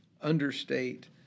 understate